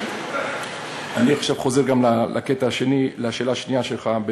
אני עכשיו חוזר גם לשאלה השנייה שלך,